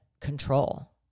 control